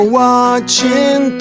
watching